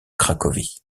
cracovie